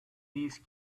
these